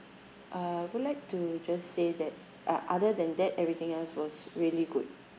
uh I would like to just say that uh other than that everything else was really good